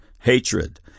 hatred